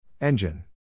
Engine